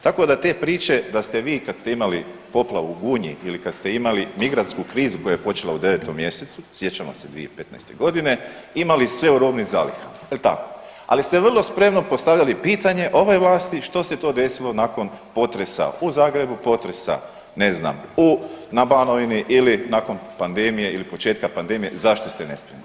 Tako da te priče kad ste imali poplavu u Gunji ili kad ste imali migrantsku krizu koja je počela u 9. mjesecu, sjećamo se 2015. godine imali sve u robnim zalihama jel tako, ali ste vrlo spremno postavljali pitanje ove vlasti što se to desilo nakon potresa u Zagrebu, potresa ne znam u na Banovini ili nakon pandemije ili početka pandemije zašto ste nespremni.